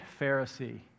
Pharisee